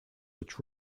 which